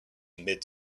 mid